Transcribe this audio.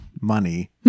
money